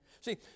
See